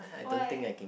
why